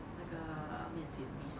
那个面积 mee sua